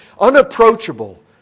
unapproachable